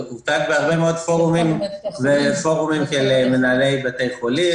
זה הוצג בהרבה מאוד פורומים של מנהלי בתי חולים